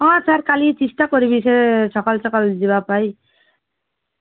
ହଁ ସାର୍ କାଲି ଚେଷ୍ଟା କରିବି ସେ ସଖାଳୁ ସଖାଳୁ ଯିବା ପାଇଁ